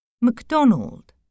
McDonald